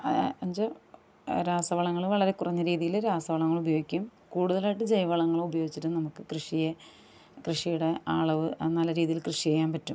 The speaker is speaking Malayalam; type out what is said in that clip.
എന്ന് വെച്ചാൽ രാസവളങ്ങള് വളരെക്കുറഞ്ഞ രീതിയിൽ രാസവളങ്ങളുപയോഗിക്കും കൂട്തലായിട്ട് ജൈവവളങ്ങളുപയോഗിച്ചിട്ട് നമുക്ക് കൃഷിയെ കൃഷിയുടെ അളവ് നല്ല രീതിയില് കൃഷി ചെയ്യാൻ പറ്റും